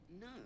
no